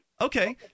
Okay